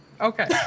Okay